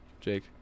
Jake